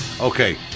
Okay